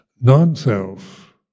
non-self